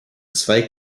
zwei